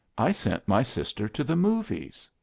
i sent my sister to the movies.